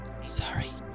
Sorry